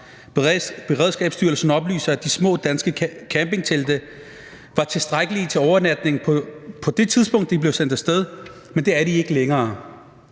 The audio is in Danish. Beredskabsstyrelsen oplyser, at de små danske campingtelte var tilstrækkelige til overnatning på det tidspunkt, de blev sendt af sted, men at det er de ikke længere.